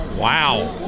Wow